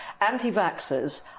Anti-vaxxers